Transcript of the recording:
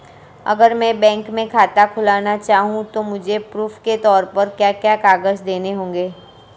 अगर मैं बैंक में खाता खुलाना चाहूं तो मुझे प्रूफ़ के तौर पर क्या क्या कागज़ देने होंगे?